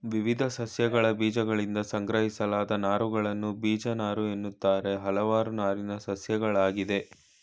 ವಿವಿಧ ಸಸ್ಯಗಳಬೀಜಗಳಿಂದ ಸಂಗ್ರಹಿಸಲಾದ ನಾರುಗಳನ್ನು ಬೀಜನಾರುಎನ್ನುತ್ತಾರೆ ಹಲವಾರು ನಾರಿನ ಸಸ್ಯಗಳಯ್ತೆ